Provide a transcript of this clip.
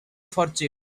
fortune